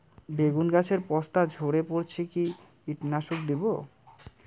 বেগুন গাছের পস্তা ঝরে পড়ছে কি কীটনাশক দেব?